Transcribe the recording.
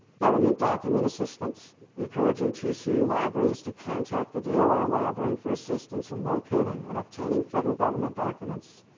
government document assistance encouraging tcu libraries to contact the doi library for assistance in locating and obtaining federal government documents,